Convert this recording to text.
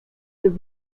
the